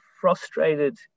frustrated